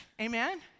Amen